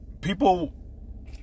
people